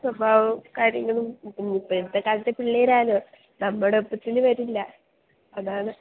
സ്വഭാവവും കാര്യങ്ങളും പിന്നെ ഇപ്പോഴത്തെ കാലത്തെ പിള്ളേരാണല്ലോ നമ്മുടെ ഒപ്പത്തിന് വരില്ല അതാണ്